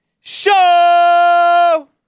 show